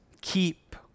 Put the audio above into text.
keep